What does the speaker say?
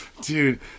Dude